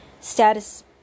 status